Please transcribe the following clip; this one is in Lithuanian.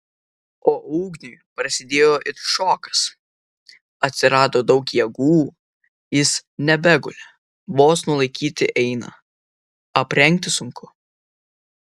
o ugniui prasidėjo it šokas atsirado daug jėgų jis nebeguli vos nulaikyti eina aprengti sunku